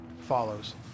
follows